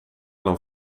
dan